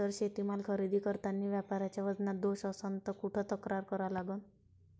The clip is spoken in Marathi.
जर शेतीमाल खरेदी करतांनी व्यापाऱ्याच्या वजनात दोष असन त कुठ तक्रार करा लागन?